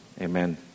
Amen